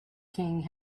king